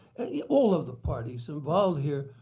yeah all of the parties involved here,